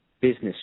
Business